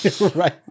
Right